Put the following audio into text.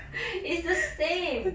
it's the same